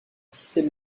système